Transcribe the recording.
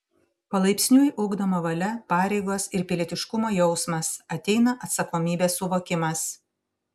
palaipsniui ugdoma valia pareigos ir pilietiškumo jausmas ateina atsakomybės suvokimas